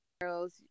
girls